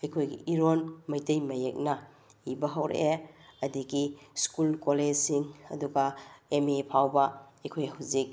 ꯑꯩꯈꯣꯏꯒꯤ ꯏꯔꯣꯜ ꯃꯩꯇꯩ ꯃꯌꯦꯛꯅꯕ ꯏꯕ ꯍꯧꯔꯛꯑꯦ ꯑꯗꯒꯤ ꯁ꯭ꯀꯨꯜ ꯀꯣꯂꯦꯖꯁꯤꯡ ꯑꯗꯨꯒ ꯃꯦ ꯑꯦ ꯐꯥꯎꯕ ꯑꯩꯈꯣꯏ ꯍꯧꯖꯤꯛ